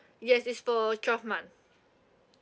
yes it's for twelve month